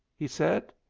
he said.